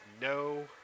no